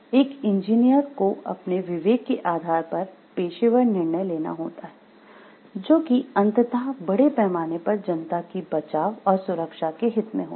एक इंजीनियर को अपने विवेक के आधार पर पेशेवर निर्णय लेना होता है जो कि अंततः बड़े पैमाने पर जनता की बचाव और सुरक्षा के हित में होते है